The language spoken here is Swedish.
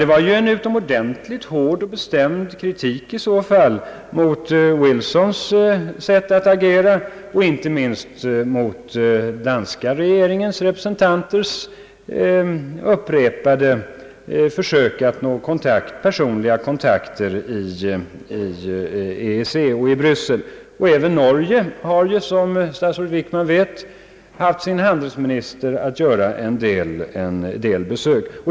Det var ju en hård och bestämd kritik mot Wilsons sätt att agera och inte minst mot de danska regeringsrepresentanternas upprepade försök att nå personliga kontakter i EEC och i Bryssel. även Norges handelsminister har, såsom statsrådet Wickman vet, gjort en del besök på kontinenten.